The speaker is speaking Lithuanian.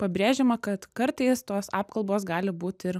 pabrėžiama kad kartais tos apkalbos gali būt ir